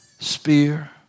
Spear